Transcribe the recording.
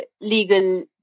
legal